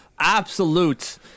absolute